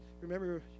remember